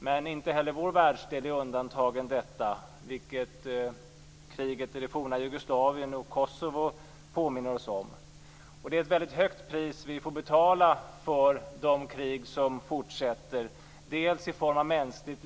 Men inte heller vår världsdel är undantagen, vilket kriget i det forna Jugoslavien och Kosovo påminner oss om. Det är ett högt pris, i form av mänskligt lidande, som vi får betala för de krig som fortsätter.